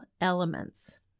elements